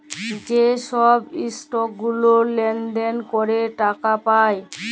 যে ছব ইসটক গুলা লেলদেল ক্যরে টাকা পায়